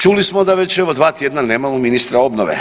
Čuli smo da već evo dva tjedna nemamo ministra obnove.